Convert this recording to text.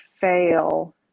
fail